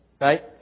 Right